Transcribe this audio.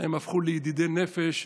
הם הפכו לידידי נפש,